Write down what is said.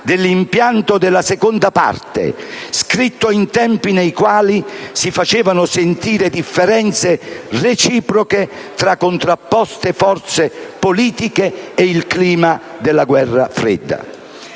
dell'impianto della parte II, scritto in tempi nei quali si facevano sentire differenze reciproche tra contrapposte forze politiche e il clima della guerra fredda.